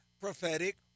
prophetic